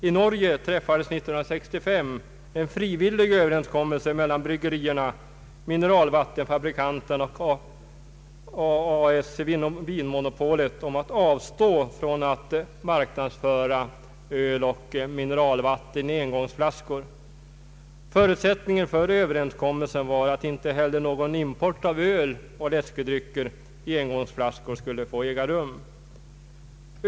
I Norge träffades 1965 en frivillig överenskommelse mellan bryggerierna, mineralvattenfabrikanterna och A/S Vinmonopolet om att avstå från att marknadsföra öl och mineralvatten i engångsflaskor. Förutsättningen för överenskommelsen var att inte heller någon import av öl och läskedrycker i engångsflaskor skulle äga rum.